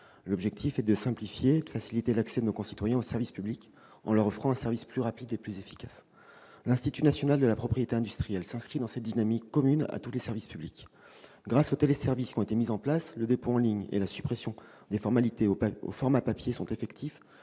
L'objectif est de simplifier et de faciliter l'accès de nos concitoyens aux services publics en leur offrant un service plus rapide et plus efficace. L'Institut national de la propriété industrielle s'inscrit dans cette dynamique commune à tous les services publics. Grâce aux téléservices mis en place, le dépôt en ligne et la suppression des formalités au format papier sont effectifs